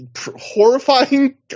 horrifying